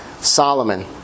Solomon